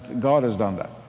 god has done that.